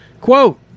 Quote